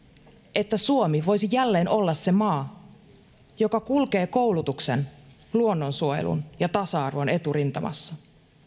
että suomi voisi jälleen olla se maa joka kulkee koulutuksen luonnonsuojelun ja tasa arvon eturintamassa